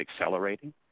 accelerating